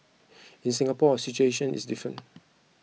in Singapore our situation is different